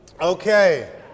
Okay